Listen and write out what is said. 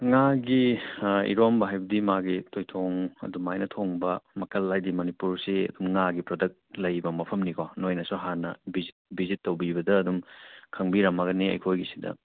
ꯉꯥꯒꯤ ꯏꯔꯣꯟꯕ ꯍꯥꯏꯕꯗꯤ ꯃꯥꯒꯤ ꯇꯣꯏꯊꯣꯡ ꯑꯗꯨꯃꯥꯏꯅ ꯊꯣꯡꯕ ꯃꯈꯜ ꯍꯥꯏꯗꯤ ꯃꯅꯤꯄꯨꯔꯁꯤ ꯑꯗꯨꯝ ꯉꯥꯒꯤ ꯄ꯭ꯔꯗꯛ ꯂꯩꯕ ꯃꯐꯝꯅꯤꯀꯣ ꯅꯣꯏꯅꯁꯨ ꯍꯥꯟꯅ ꯚꯤꯖꯤꯠ ꯚꯤꯖꯤꯠ ꯇꯧꯕꯤꯕꯗ ꯑꯗꯨꯝ ꯈꯪꯕꯤꯔꯝꯃꯒꯅꯤ ꯑꯩꯈꯣꯏꯒꯤꯁꯤꯗ